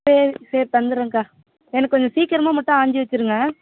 சேரி சரி தந்துர்றேங்கக்கா எனக்கு கொஞ்சம் சீக்கரமாக மட்டும் ஆஞ்சி வச்சிருங்க